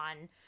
on